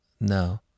No